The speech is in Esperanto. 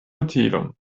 utilon